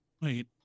Wait